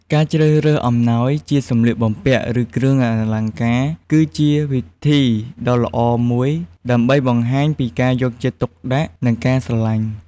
ការជ្រើសរើសអំណោយជា សម្លៀកបំពាក់ ឬ គ្រឿងអលង្ការ គឺជាវិធីដ៏ល្អមួយដើម្បីបង្ហាញពីការយកចិត្តទុកដាក់ និងការស្រឡាញ់។